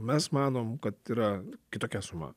mes manom kad yra kitokia suma